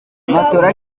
matola